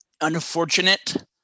unfortunate